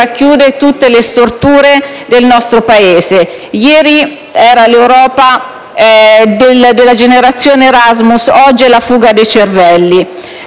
racchiude tutte le storture del nostro Paese. Ieri era l'Europa della generazione Erasmus; oggi è la fuga dei cervelli.